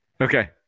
Okay